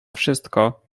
wszystko